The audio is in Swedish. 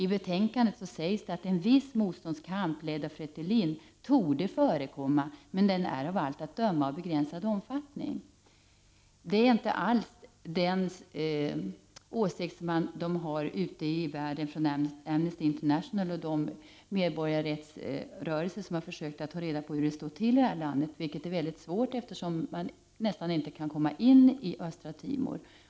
I betänkandet står det: ”En viss motståndskamp, ledd av Fretilin, torde förekomma, men den är av allt att döma av begränsad omfattning.” Detta är inte alls den åsikt som finns ute i världen inom Amnesty International och de medborgarrättsrörelser som har försökt att ta reda på hur det står till i landet. Det är emellertid mycket svårt att göra detta, eftersom det är nästan omöjligt att ta sig in i Östra Timor.